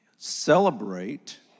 celebrate